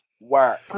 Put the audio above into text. Work